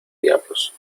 diablos